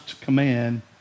command